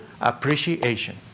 appreciation